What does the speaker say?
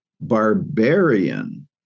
barbarian